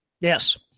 Yes